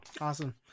Awesome